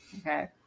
Okay